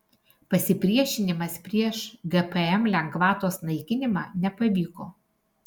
pasipriešinimas prieš gpm lengvatos naikinimą nepavyko